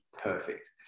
perfect